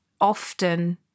often